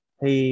Thì